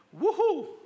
woohoo